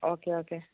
okay okay